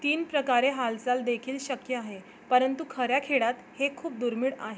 तीन प्रकारे हालचाल देखील शक्य आहे परंतु खऱ्या खेडयात हे खूप दुर्मिळ आहे